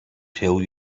tell